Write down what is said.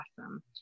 awesome